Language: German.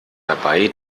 dabei